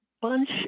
bunch